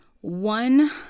one